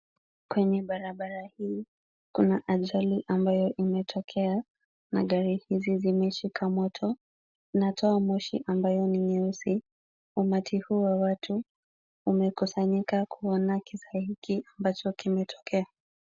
Kwenye barabara hii kuna ajali ambayo imetokea. Magari hizi zimeshika moto. Inatoa moshi ambayo ni nyeusi. Umati huu wa watu umekusanyika kuona kisa hiki ambacho kimetokea.